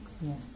Yes